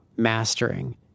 Mastering